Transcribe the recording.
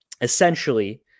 essentially